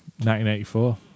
1984